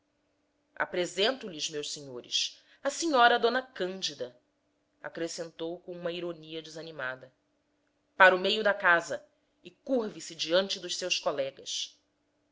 lima apresento lhes meus senhores a sr a d cândida acrescentou com uma ironia desanimada para o meio da casa e curve se diante dos seus colegas